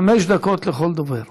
חמש דקות לכל דובר.